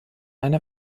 einer